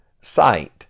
sight